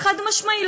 חד-משמעית,